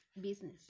Business